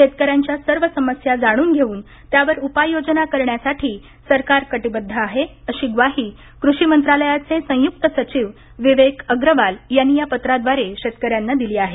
शेतकऱ्यांच्या सर्व समस्या जाणून घेऊन त्यावर उपाययोजना करण्यासाठी सरकार कटिबद्ध आहे अशी ग्वाही कृषी मंत्रालयाचे संयुक्त सचिव विवेक अग्रवाल यांनी या पत्राद्वारे शेतकऱ्यांना दिली आहे